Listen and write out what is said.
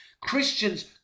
Christians